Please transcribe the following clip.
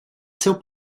seu